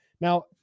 Now